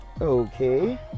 Okay